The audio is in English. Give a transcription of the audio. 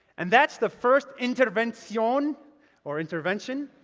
and that's the first intervencion or intervention.